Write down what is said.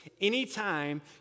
Anytime